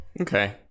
Okay